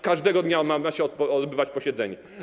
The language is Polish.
Każdego dnia ma się odbywać posiedzenie.